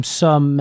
som